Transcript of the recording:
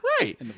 Right